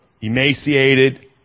emaciated